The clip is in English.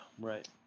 right